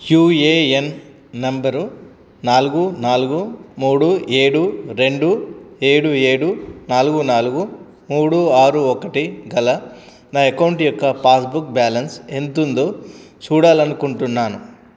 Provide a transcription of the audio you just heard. UAN number నాలుగు నాలుగు మూడు ఏడు రెండు ఏడు ఏడు నాలుగు నాలుగు మూడు ఆరు ఒకటి గల నా అకౌంట్ యొక్క పాస్బుక్ బ్యాలెన్స్ ఎంత ఉందో చూడాలనుకుంటున్నాను